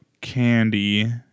candy